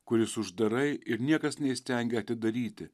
kuris uždarai ir niekas neįstengia atidaryti